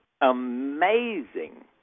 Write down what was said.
amazing